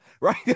right